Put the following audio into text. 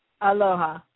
Aloha